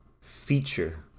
feature